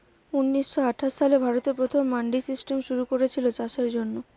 ঊনিশ শ আঠাশ সালে ভারতে প্রথম মান্ডি সিস্টেম শুরু কোরেছিল চাষের জন্যে